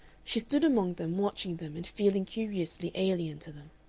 she stood among them, watching them and feeling curiously alien to them.